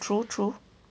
true true